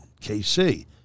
KC